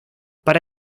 para